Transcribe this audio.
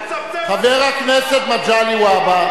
אני מצפצף עליך, חבר הכנסת מגלי והבה.